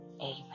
Amen